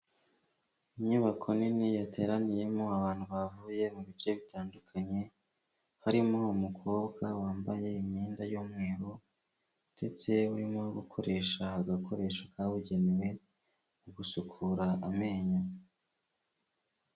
Inyubako nini yateraniyemo abantu bavuye mu bice bitandukanye, harimo umukobwa wambaye imyenda y'umweru ndetse urimo gukoresha agakoresho kabugenewe mu gusukura amenyo.